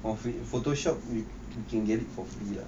photoshop you can get it for free